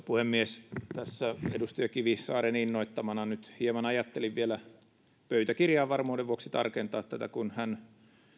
puhemies tässä edustaja kivisaaren innoittamana hieman ajattelin vielä pöytäkirjaan varmuuden vuoksi tarkentaa kun hän